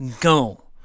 go